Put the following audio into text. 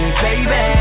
baby